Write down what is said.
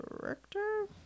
director